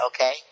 Okay